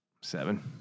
seven